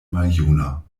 maljuna